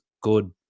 good